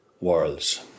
worlds